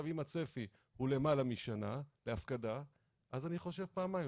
אם הצפי הוא למעלה משנה להפקדה אז אני חושב פעמיים,